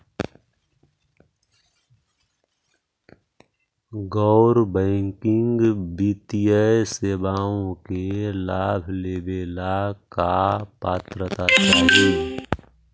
गैर बैंकिंग वित्तीय सेवाओं के लाभ लेवेला का पात्रता चाही?